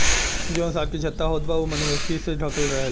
जवन शहद के छत्ता होत बा उ मधुमक्खी से ढकल रहेला